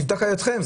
זה נבדק על-ידכם,